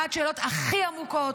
בעד שאלות הכי עמוקות,